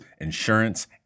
insurance